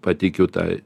patikiu tai